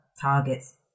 targets